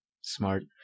Smart